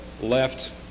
left